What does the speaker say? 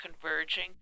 converging